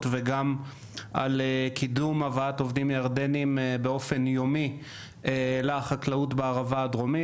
וגם על קידום הבאת עובדים ירדנים באופן יומי לחקלאות בערבה הדרומית.